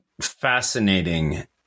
fascinating